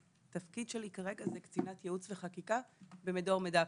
התפקיד שלי כרגע הוא קצינת ייעוץ וחקיקה במדור מידע פלילי,